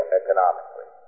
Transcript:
economically